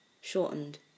shortened